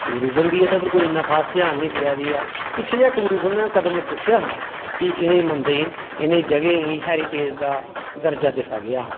tourism बी एह्दे पर कोई इन्ना खास ध्यान निं देआ दी ऐ पिच्छै जेही टूरीजम नै कदम चुक्केआ हा कि इ'नें मंदरें ई इ'नें जगहें गी हैरीटेज दा दर्जा दित्ता गेआ हा